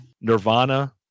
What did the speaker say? Nirvana